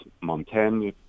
Montaigne